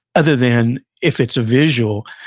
other than if it's a visual,